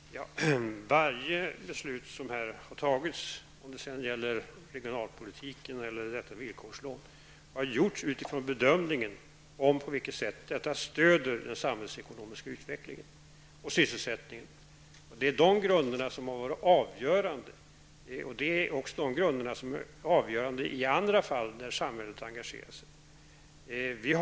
Herr talman! Varje beslut som har fattats, vare sig det gäller regionalpolitiken eller detta villkorslån, har fattats efter bedömning av på vilket sätt det stöder den samhällsekonomiska utvecklingen och sysselsättningen. Det är dessa grunder som har varit avgörande och som är avgörande också i andra fall där samhället engagerar sig.